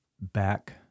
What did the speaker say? back